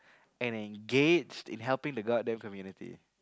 and engaged in helping the god damn community